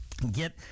get